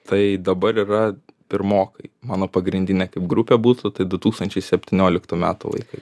tai dabar yra pirmokai mano pagrindinė grupė būtų tai du tūkstančiai septynioliktų metų vaikai